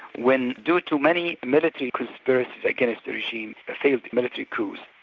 when due to many military conspiracies against the regime, failed military coups,